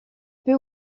peut